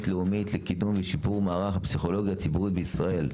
לאומית לקידום ושיפור מערך הפסיכולוגיה הציבורית בישראל.